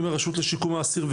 עם הרשות לשיקום האסיר.